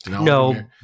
no